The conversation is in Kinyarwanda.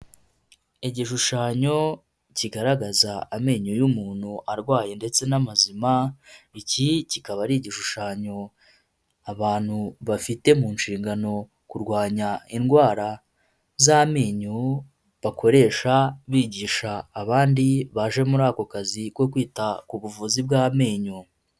Igishushanyo kigaragaza amenyo y'umuntu arwaye ndetse n'amazima, iki kikaba ari igishushanyo abantu bafite mu nshingano kurwanya indwara z'amenyo bakoresha bigisha abandi baje muri ako kazi ko kwita ku buvuzi bw'amenyo.